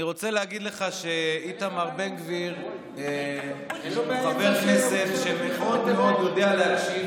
אני רוצה להגיד לך שאיתמר בן גביר הוא חבר כנסת שמאוד מאוד יודע להקשיב,